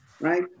right